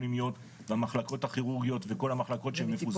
הפנימיות והמחלקות הכירורגיות וכל המחלקות שהם מפוזרים.